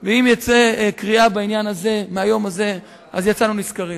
אם תצא קריאה בעניין הזה מהיום הזה, יצאנו נשכרים.